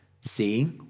See